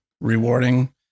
rewarding